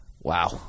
Wow